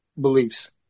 beliefs